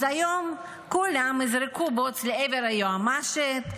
אז היום כולם יזרקו בוץ לעבר היועמ"שית,